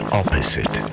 opposite